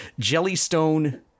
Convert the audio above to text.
Jellystone